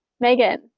Megan